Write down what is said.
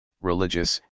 religious